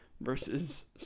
versus